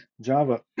Java